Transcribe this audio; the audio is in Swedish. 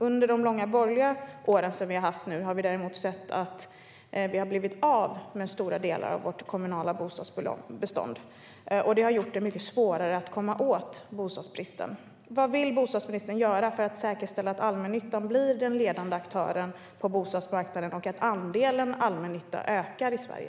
Under de långa borgerliga år som vi har haft har vi däremot sett att vi har blivit av med stora delar av vårt kommunala bostadsbestånd. Det har gjort det mycket svårare att komma åt bostadsbristen. Vad vill bostadsministern göra för att säkerställa att allmännyttan blir den ledande aktören på bostadsmarknaden och att andelen allmännytta ökar i Sverige?